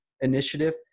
initiative